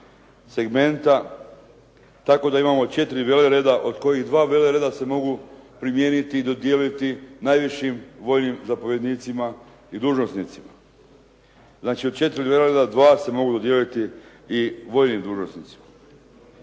segmenta tako da imamo četiri velereda od kojih dva velereda se mogu primijeniti i dodijeliti najvišim vojnim zapovjednicima i dužnosnicima. Znači, od četiri velereda dva se mogu dodijeliti i vojnim dužnosnicima.